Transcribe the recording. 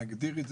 אני יודע גם